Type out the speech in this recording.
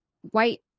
white